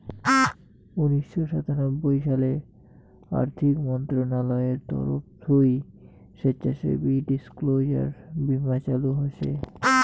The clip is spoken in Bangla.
উনিশশো সাতানব্বই সালে আর্থিক মন্ত্রণালয়ের তরফ থুই স্বেচ্ছাসেবী ডিসক্লোজার বীমা চালু হসে